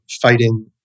fighting